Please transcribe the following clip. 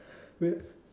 we